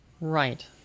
Right